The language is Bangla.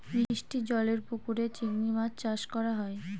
মিষ্টি জলেরর পুকুরে চিংড়ি মাছ চাষ করা হয়